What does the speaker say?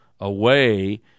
away